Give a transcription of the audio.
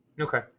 Okay